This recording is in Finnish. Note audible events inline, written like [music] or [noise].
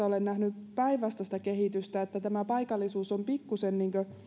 [unintelligible] olen nähnyt myös päinvastaista kehitystä että tämä paikallisuus on pikkuisen